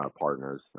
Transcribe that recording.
partners